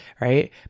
Right